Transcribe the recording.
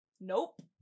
Nope